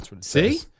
See